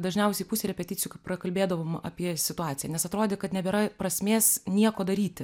dažniausiai pusę repeticių prakalbėdavom apie situaciją nes atrodė kad nebėra prasmės nieko daryti